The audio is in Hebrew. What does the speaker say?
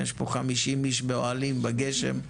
יש פה 50 איש באוהלים בגשם,